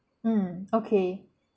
mm okay